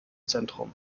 zentrum